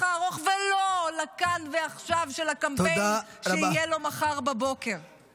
הארוך ולא לכאן ועכשיו של הקמפיין שיהיה לו מחר בבוקר -- תודה רבה.